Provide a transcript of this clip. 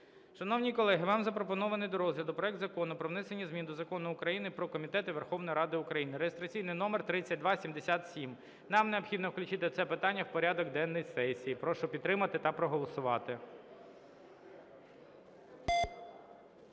Шановні колеги, вам запропонований до розгляду проект Закону про внесення змін до Закону України "Про комітети Верховної Ради України" (реєстраційний номер 3277). Нам необхідно включити це питання в порядок денний сесії. Прошу підтримати та проголосувати.